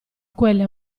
quelle